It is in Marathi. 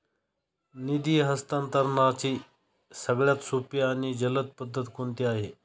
निधी हस्तांतरणाची सगळ्यात सोपी आणि जलद पद्धत कोणती आहे?